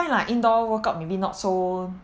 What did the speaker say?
like indoor workout maybe not so